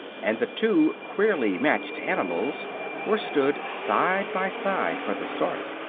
and the two queerly matched animals were stood side by side for the start.